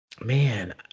man